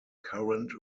current